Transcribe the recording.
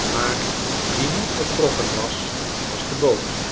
maar wie niet vertrokken was was de boot